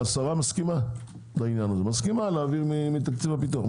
השרה מסכימה להעביר מתקציב הביטחון.